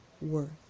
worth